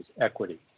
equity